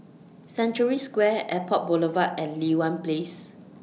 Century Square Airport Boulevard and Li Hwan Place